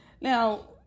Now